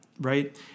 right